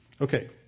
Okay